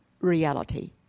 reality